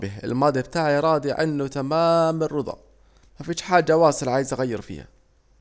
الماضي بتاعي راضي عنه تماام الرضا، مفيش حاجة عايز اغيرها